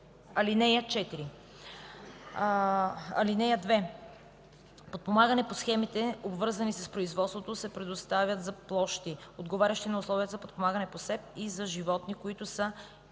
ал. 4. (2) Подпомагане по схемите, обвързани с производството, се предоставя за площи, отговарящи на условията за подпомагане по СЕПП, и за животни, които са